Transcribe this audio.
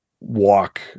walk